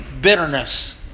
bitterness